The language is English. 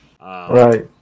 Right